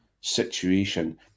situation